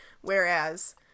Whereas